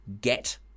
get